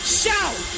shout